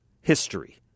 history